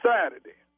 Saturday